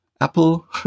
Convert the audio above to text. Apple